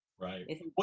Right